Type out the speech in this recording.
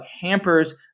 hampers